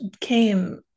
came